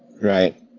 Right